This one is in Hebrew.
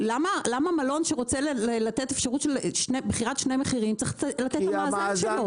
למה מלון שרוצה לתת אפשרות של בחירת שני מחירים צריך לתת את המאזן שלו?